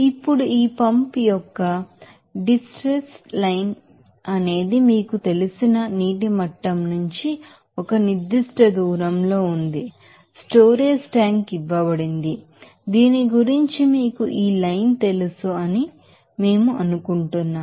ఇప్పుడు ఈ పంప్ యొక్క డిస్ట్రెస్ లైన్ అనేది మీకు తెలిసిన నీటి మట్టం నుంచి ఒక నిర్ధిష్ట దూరంలో ఉంది స్టోరేజీ ట్యాంక్ ఇవ్వబడింది దీని గురించి మీకు ఈ లైన్ తెలుసు అని మీకు తెలుసు